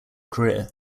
career